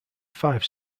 five